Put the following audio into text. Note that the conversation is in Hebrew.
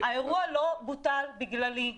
האירוע לא בוטל בגללי.